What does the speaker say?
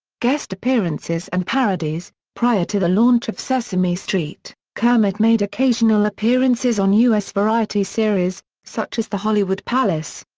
guest appearances and parodies prior to the launch of sesame street, kermit made occasional appearances on us variety series, such as the hollywood palace.